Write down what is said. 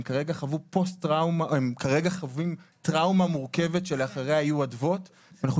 הם כרגע חווים טראומה מורכבת שלאחיה יהיו אדוות ואנחנו